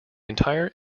entire